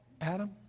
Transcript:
Adam